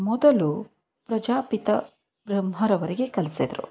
ಮೊದಲು ಪ್ರಜಾಪಿತ ಬ್ರಹ್ಮರವರಿಗೆ ಕಲಿಸಿದ್ರು